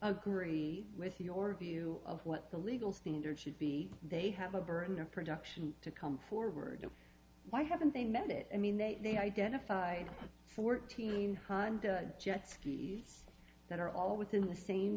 agree with your view of what the legal standard should be they have a burden of production to come forward and why haven't they met it i mean they they identified fourteen jet skis that are all within the same